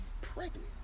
pregnant